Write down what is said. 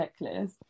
checklist